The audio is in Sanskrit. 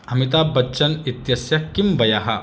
अमिताभ् बच्चन् इत्यस्य किं वयः